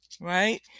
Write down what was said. right